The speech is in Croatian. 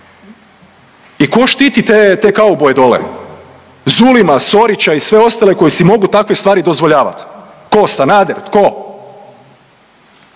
ko štiti te, te kauboje dole, Zulima, Sorića i sve ostale koji si mogu takve stvari dozvoljavat, tko, Sanader, tko?